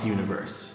Universe